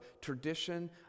tradition